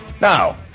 Now